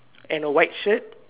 and a white shirt